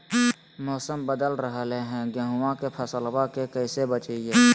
मौसम बदल रहलै है गेहूँआ के फसलबा के कैसे बचैये?